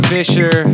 Fisher